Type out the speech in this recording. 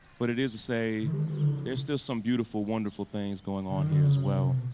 but it is to say there's still some beautiful, wonderful things going on here as well.